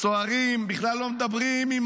הסוהרים בכלל לא מדברים עם